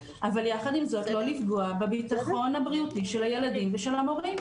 אבל יחד עם זאת לא לפגוע בביטחון הבריאותי של הילדים ושל המורים.